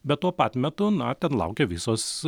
bet tuo pat metu na ten laukia visos